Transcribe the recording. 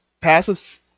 Passive –